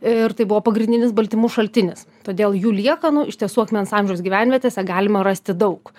ir tai buvo pagrindinis baltymų šaltinis todėl jų liekanų iš tiesų akmens amžiaus gyvenvietėse galima rasti daug